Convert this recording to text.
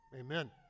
amen